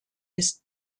ist